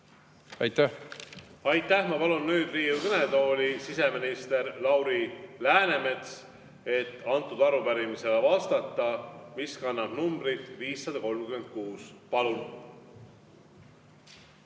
Aitäh! Ma palun nüüd Riigikogu kõnetooli siseminister Lauri Läänemetsa, et vastata arupärimisele, mis kannab numbrit 536. Palun!